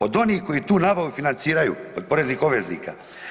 Od onih koji tu nabavu financiraju, od poreznih obveznika.